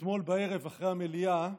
אתמול בערב, אחרי המליאה,